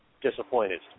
disappointed